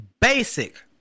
basic